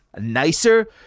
nicer